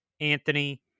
Anthony